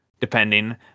Depending